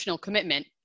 commitment